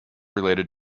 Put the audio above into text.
related